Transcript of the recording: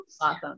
Awesome